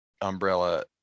umbrella